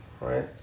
right